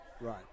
Right